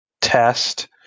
test